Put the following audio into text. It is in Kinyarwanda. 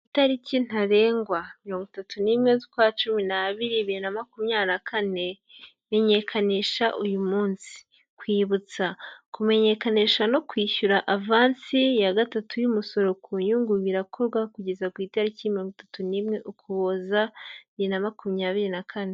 Itariki ntarengwa mirongo itatu n'imwe z'ukwa cumi n'abiri bibiri na makumyabiri kane, menyekanisha uyu munsi, kwibutsa kumenyekanisha no kwishyura avansi ya gatatu y'umusoro ku nyungu birakorwa kugeza ku itariki mirongo itatu n'imwe Ukuboza bibiri na makumyabiri na kane.